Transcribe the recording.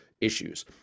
issues